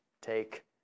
take